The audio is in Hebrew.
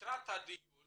לקראת הדיון